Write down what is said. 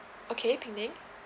okay penang